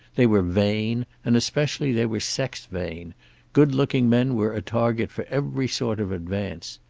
they were vain, and especially they were sex-vain good looking men were a target for every sort of advance.